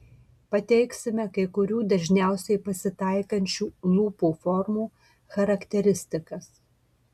pateiksime kai kurių dažniausiai pasitaikančių lūpų formų charakteristikas